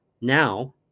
now